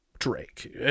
drake